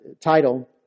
title